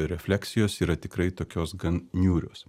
refleksijos yra tikrai tokios gan niūrios